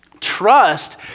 Trust